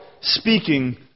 speaking